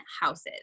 houses